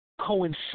coincide